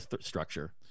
structure